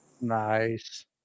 Nice